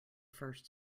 first